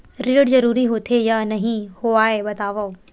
ऋण जरूरी होथे या नहीं होवाए बतावव?